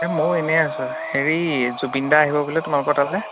এই মইও এনেই আছোঁ হেৰি জুবিন দা আহিব বোলে তোমালোকৰ তালৈ